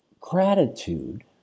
gratitude